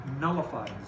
nullifies